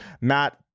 Matt